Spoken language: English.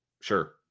Sure